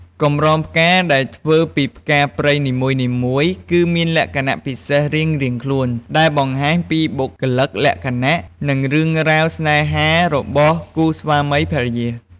កម្រងផ្កាដែលធ្វើពីផ្កាព្រៃនីមួយៗ គឺមានលក្ខណៈពិសេសរៀងៗខ្លួន ដែលបង្ហាញពីបុគ្គលិកលក្ខណៈ និងរឿងរ៉ាវស្នេហារបស់គូស្វាមីភរិយា។